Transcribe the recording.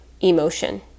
emotion